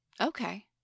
Okay